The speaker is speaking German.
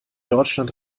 deutschland